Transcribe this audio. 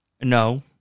No